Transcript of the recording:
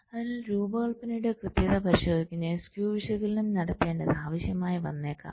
അതിനാൽ രൂപകൽപ്പനയുടെ കൃത്യത പരിശോധിക്കുന്നതിന് സ്ക്യൂ വിശകലനം നടത്തേണ്ടത് ആവശ്യമായി വന്നേക്കാം